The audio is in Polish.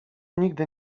nigdy